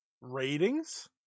ratings